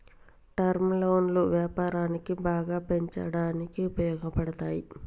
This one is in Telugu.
టర్మ్ లోన్లు వ్యాపారాన్ని బాగా పెంచడానికి ఉపయోగపడతాయి